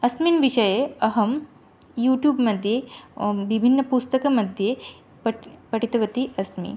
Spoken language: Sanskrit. अस्मिन् विषये अहं युटूब्मध्ये विभिन्नं पुस्तकमघ्ये पट् पठितवती अस्मि